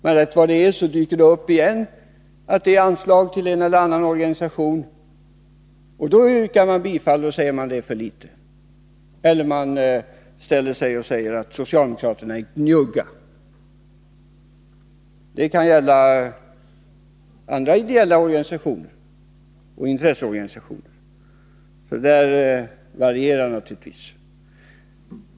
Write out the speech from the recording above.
Men rätt vad det är dyker det upp ett anslag till en eller annan organisation, som moderaterna vill yrka bifall till, och då säger de att anslaget är för litet och att socialdemokraterna är njugga. Det kan gälla andra ideella organisationer och intresseorganisationer. Det varierar naturligtvis.